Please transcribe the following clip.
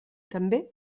també